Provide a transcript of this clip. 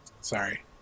Sorry